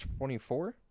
24